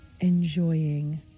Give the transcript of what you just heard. enjoying